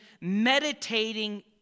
meditating